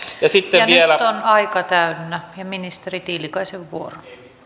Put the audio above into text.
sitten vielä nyt on aika täynnä ja ministeri tiilikaisen vuoro